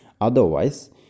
Otherwise